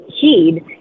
heed